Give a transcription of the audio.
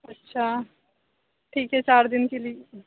اچھا ٹھیک ہے چار دِن کے لیے